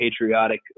patriotic